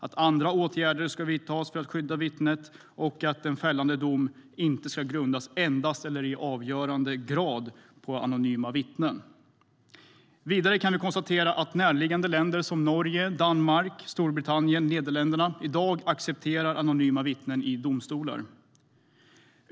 Andra åtgärder ska vidtas för att skydda vittnet. En fällande dom ska inte endast eller i avgörande grad grundas på anonyma vittnesmål. Vidare kan vi konstatera att närliggande länder som Norge, Danmark, Storbritannien och Nederländerna i dag accepterar anonyma vittnen i domstolar.